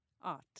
art